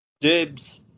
Dibs